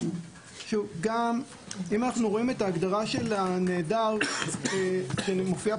אם אנחנו רואים את ההגדרה של הנעדר שמופיעה